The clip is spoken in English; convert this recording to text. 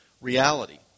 reality